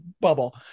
bubble